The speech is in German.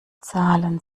zahlen